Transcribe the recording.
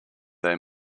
they